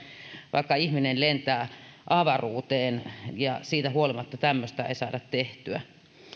vaikka ihminen lentää avaruuteen niin siitä huolimatta tämmöistä ei saada tehtyä